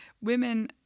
women